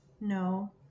No